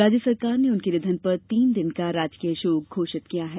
राज्य सरकार ने उनके निधन पर तीन दिन का राजकीय शोक घोषित किया है